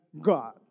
God